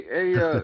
Hey